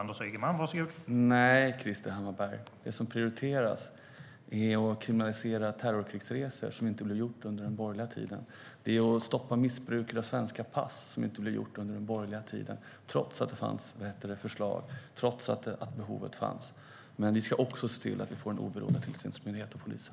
Herr talman! Nej, Krister Hammarbergh, det som prioriteras är att kriminalisera terrorkrigsresor, som inte blev gjort under den borgerliga tiden, att stoppa missbruket av svenska pass, som inte blev gjort under den borgerliga tiden, trots att det fanns förslag och trots att behovet fanns. Vi ska också se till att få en oberoende tillsynsmyndighet för polisen.